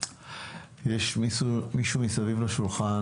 יש מישהו מסביב לשולחן